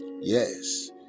yes